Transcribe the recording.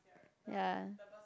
ya